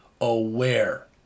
aware